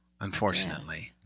Unfortunately